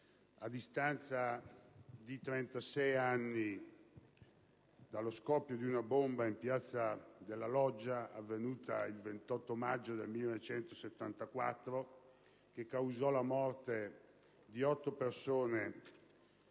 A distanza di 36 anni dallo scoppio di una bomba in piazza della Loggia, avvenuto il 28 maggio del 1974, che causò otto morti e 103 feriti